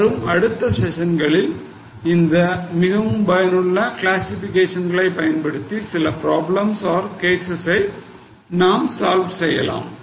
வரும் அடுத்த ஸ்செஷன்களில் இந்த மிகவும் பயனுள்ள கிளாசிஃபிகேஷன்களை பயன்படுத்தி சில problems or cases ஐ நாம் solve செய்யலாம்